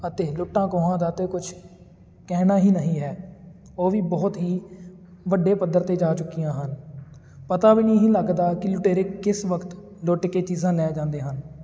ਅਤੇ ਲੁੱਟਾਂ ਖੋਹਾਂ ਦਾ ਤਾਂ ਕੁਛ ਕਹਿਣਾ ਹੀ ਨਹੀਂ ਹੈ ਉਹ ਵੀ ਬਹੁਤ ਹੀ ਵੱਡੇ ਪੱਧਰ 'ਤੇ ਜਾ ਚੁੱਕੀਆਂ ਹਨ ਪਤਾ ਵੀ ਨਹੀਂ ਲੱਗਦਾ ਕਿ ਲੁਟੇਰੇ ਕਿਸ ਵਕਤ ਲੁੱਟ ਕੇ ਚੀਜ਼ਾਂ ਲੈ ਜਾਂਦੇ ਹਨ